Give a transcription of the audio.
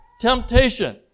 temptation